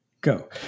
go